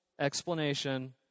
explanation